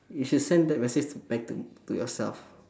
you should send that message back to to yourself